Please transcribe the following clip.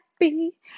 happy